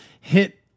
hit